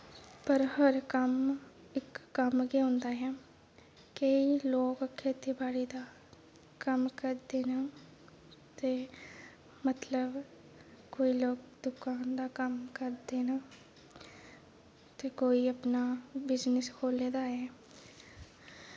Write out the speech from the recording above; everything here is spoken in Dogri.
पर हर कम्म इक कम्म गै होंदा ऐ केईं लोग खेतीबाड़ी दा कम्म करदे न ते मतलब कोई लोक दुकान दा कम्म करदे न ते कोई अपना बिजनेस खो'ल्ले दा ऐ